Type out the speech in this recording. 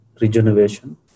regeneration